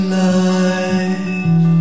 life